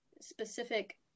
specific